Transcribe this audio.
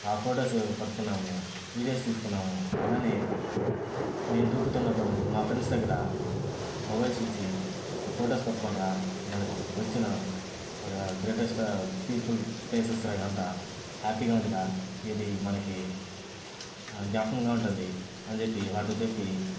ఆ ఫొటోస్ పట్టుకున్నాము వీడియోస్ తీసుకున్నాము అలాగే నేను దూకుతున్నప్పుడు మా ఫ్రెండ్స్ దగ్గర మొబైల్స్ ఇచ్చి ఫొటోస్ పట్టుకోండిరా మనకు వచ్చిన ఒక గ్రేటెస్ట్ పీస్ఫుల్ ప్లేసెస్ రా ఇవంత హ్యాపీగా ఉందిరా ఇది మనకి జ్ఞాపకంగా ఉంటుంది అని చెప్పి వాడితో చెప్పి